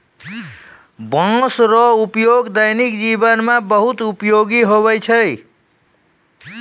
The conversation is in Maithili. बाँस रो उपयोग दैनिक जिवन मे बहुत उपयोगी हुवै छै